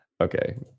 Okay